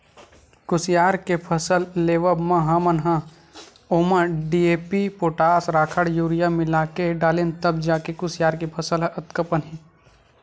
कुसियार के फसल लेवब म हमन ह ओमा डी.ए.पी, पोटास, राखड़, यूरिया मिलाके डालेन तब जाके कुसियार के फसल अतका पन हे